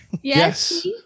Yes